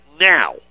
now